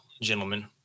gentlemen